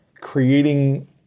creating